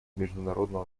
международного